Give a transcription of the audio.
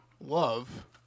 Love